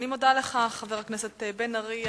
אני מודה לך, חבר הכנסת בן-ארי.